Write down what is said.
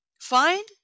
find